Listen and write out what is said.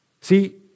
See